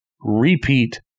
repeat